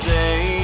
day